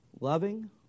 loving